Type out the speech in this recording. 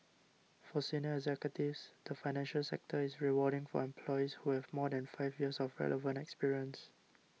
for senior executives the financial sector is rewarding for employees who have more than five years of relevant experience